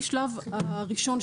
מהשלב הראשון,